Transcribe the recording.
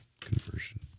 conversion